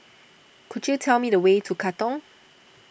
could you tell me the way to Katong